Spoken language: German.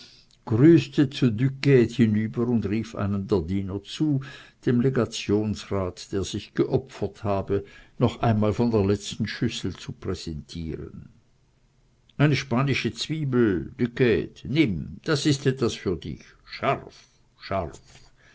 hinüber und rief einem der diener zu dem legationsrat der sich geopfert habe noch einmal von der letzten schüssel zu präsentieren eine spanische zwiebel duquede nimm das ist etwas für dich scharf scharf